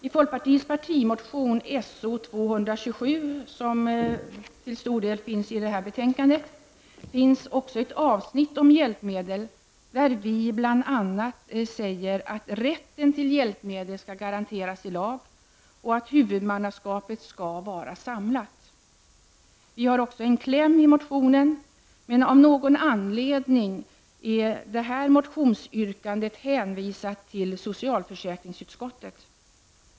I folkpartiets partimotion So227, som till stor del återfinns i detta betänkande, behandlas också ett avsnitt om hjälpmedel, där vi bl.a. skriver att rätten till hjälpmedel skall garanteras i lag och huvudmannaskapet vara samlat. Vi har också en kläm i motionen, men av någon anledning är detta motionsyrkande hänvisat till socialförsäkringsutskottet.